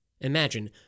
Imagine